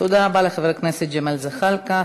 תודה רבה לחבר הכנסת ג'מאל זחאלקה.